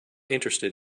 interested